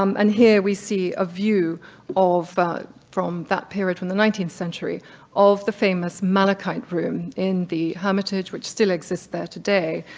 um and here we see a view but from that period from the nineteenth century of the famous malachite room in the hermitage, which still exists there today,